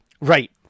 Right